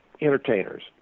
entertainers